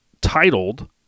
titled